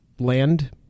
Land